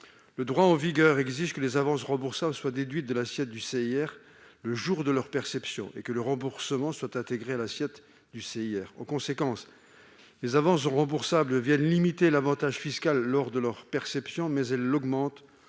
Le droit en vigueur exige que les avances remboursables soient déduites de l'assiette du CIR le jour de leur perception et que leur remboursement soit intégré à cette assiette. En conséquence, les avances remboursables viennent limiter l'avantage fiscal lors de leur perception, mais elles l'augmentent